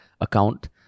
account